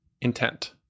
intent